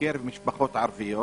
בקרב משפחות ערביות